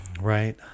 right